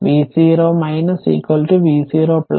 അതിനാൽ v0 v0